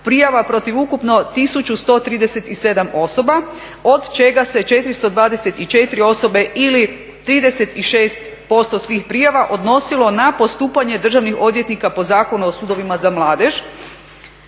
prijava protiv ukupno 1.137 osoba od čega se 424 osobe ili 36% svih prijava odnosilo na postupanje državnih odvjetnika po Zakonu o sudovima za mladež